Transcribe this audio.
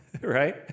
right